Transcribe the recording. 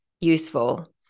useful